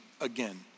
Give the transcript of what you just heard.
again